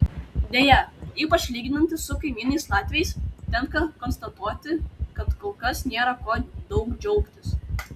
deja ypač lyginantis su kaimynais latviais tenka konstatuoti kad kol kas nėra kuo daug džiaugtis